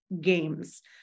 games